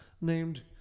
named